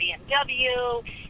BMW